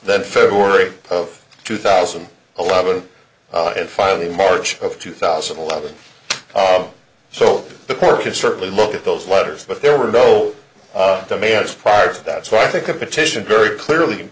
then february of two thousand and eleven and finally march of two thousand and eleven so the court could certainly look at those letters but there were no demands prior to that so i think a petition very clearly